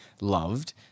loved